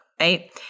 right